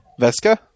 Veska